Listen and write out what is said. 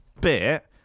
bit